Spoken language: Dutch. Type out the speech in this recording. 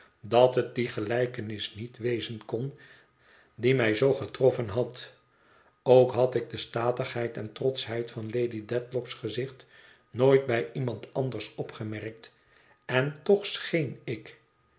dat het die gelijkenis niet wezen kon die mij zoo getroffen had ook had ik de statigheid en trotschheid van lady dedlock's gezicht nooit bij iemand anders opgemerkt en toch scheen ik